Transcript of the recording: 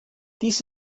dies